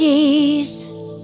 Jesus